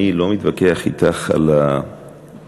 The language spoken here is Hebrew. אני לא מתווכח אתך על ה"מה",